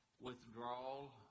withdrawal